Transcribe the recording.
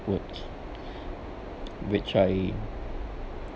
words which I